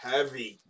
Heavy